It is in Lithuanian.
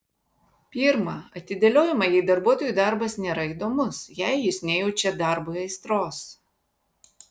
pirma atidėliojama jei darbuotojui darbas nėra įdomus jei jis nejaučia darbui aistros